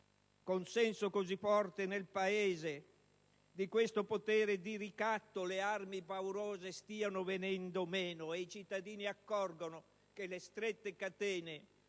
consenso così forte nel Paese, di questo potere di ricatto le armi paurose stiano venendo meno e i cittadini si accorgono che le strette catene